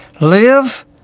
Live